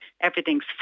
Everything's